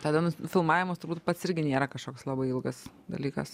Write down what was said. tada nu filmavimas turbūt pats irgi nėra kašoks labai ilgas dalykas